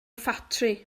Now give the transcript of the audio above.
ffatri